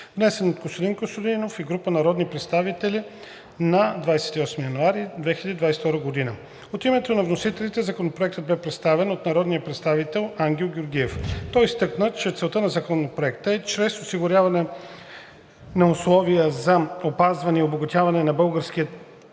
внесен от Костадин Костадинов и група народни представители на 28 януари 2022 г. От името на вносителите Законопроектът бе представен от народния представител Ангел Георгиев. Той изтъкна, че целта на Законопроекта е чрез осигуряване на условия за опазване и обогатяване на българския